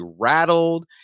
rattled